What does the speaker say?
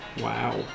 wow